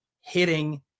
hitting